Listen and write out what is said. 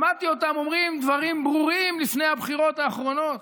שמעתי אותם אומרים דברים ברורים לפני הבחירות האחרונות.